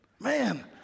Man